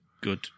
good